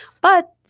but-